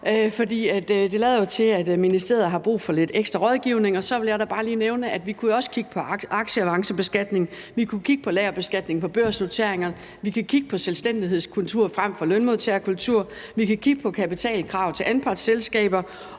for det lader jo til, at ministeriet har brug for lidt ekstra rådgivning, og så vil jeg da bare lige nævne, at vi jo også kunne kigge på aktieavancebeskatning, at vi kunne kigge på lagerbeskatning på børsnoteringerne, at vi kunne kigge på selvstændighedskultur frem for lønmodtagerkultur, at vi kunne kigge på kapitalkrav til anpartsselskaber.